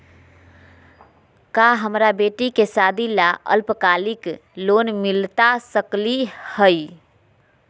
का हमरा बेटी के सादी ला अल्पकालिक लोन मिलता सकली हई?